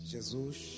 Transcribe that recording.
Jesus